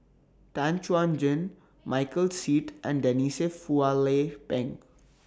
Tan Chuan Jin Michael Seet and Denise Phua Lay Peng